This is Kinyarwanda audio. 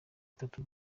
gatatu